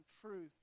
truth